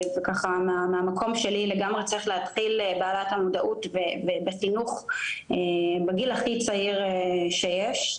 מהמקום שלי לגמרי צריך להתחיל בלעלות את המודעות בגיל הכי צעיר שיש,